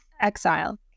exile